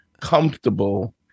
comfortable